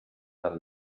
del